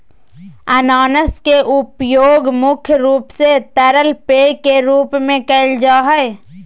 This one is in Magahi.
अनानास के उपयोग मुख्य रूप से तरल पेय के रूप में कईल जा हइ